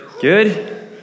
Good